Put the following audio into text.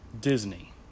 Disney